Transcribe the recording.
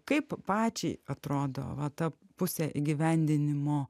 kaip pačiai atrodo va ta pusė įgyvendinimo